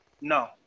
No